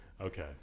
Okay